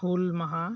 ᱦᱩᱞ ᱢᱟᱦᱟ